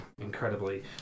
incredibly